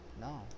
no